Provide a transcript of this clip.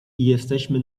jesteśmy